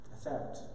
effect